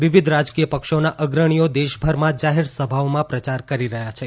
વિવિધ રાજકીય પક્ષોના અગ્રણીઓ દેશભરમાં જાહેર સભાઓમાં પ્રયાર કરી રહ્યા છે